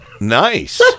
Nice